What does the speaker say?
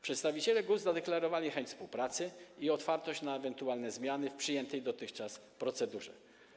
Przedstawiciele GUS zadeklarowali chęć współpracy i otwartość na ewentualne zmiany w przyjętej dotychczas procedurze.